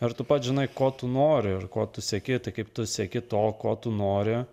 ir tu pats žinai ko tu nori ir ko tu sieki tai kaip tu sieki to ko tu nori